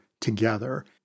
together